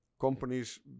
companies